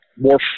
more